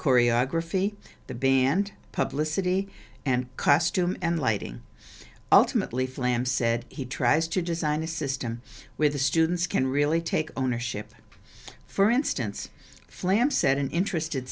choreography the band publicity and custom and lighting ultimately flam said he tries to design a system where the students can really take ownership for instance flamm said an interest